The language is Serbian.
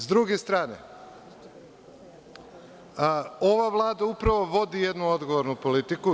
Sa druge strane, ova Vlada upravo vodi jednu odgovornu politiku.